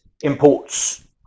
imports